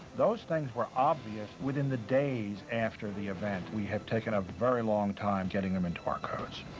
those things were obvious within the days after the event. we have taken a very long time getting them into our codes.